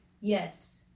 Yes